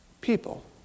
people